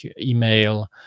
email